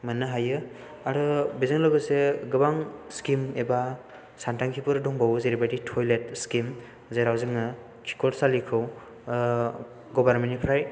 मोननो हायो आरो बेजों लोगोसे गोबां स्किम एबा सानथांखिफोर दंबावो जेरैबायदि टयलेट स्किम जेराव जोङो खिख'रसालिखौ गभर्नमेन्ट निफ्राय